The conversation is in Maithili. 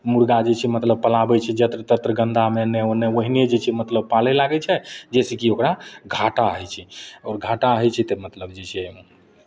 मुरगा जे छै मतलब पलाबै छै यत्र तत्र गन्दामे एन्नऽ ओन्नऽ ओहिने जे छै पालय लागै छै जाहिसँ कि ओकरा घाटा होइ छै आओर घाटा होइ छै तऽ मतलब जे छै